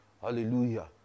Hallelujah